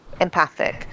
empathic